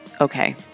Okay